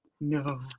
No